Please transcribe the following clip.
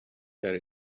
there